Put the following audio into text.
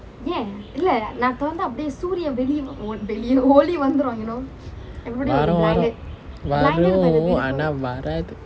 வரும் வரும் வரும் ஆனா வராது:varum varum varum aanaa varaathu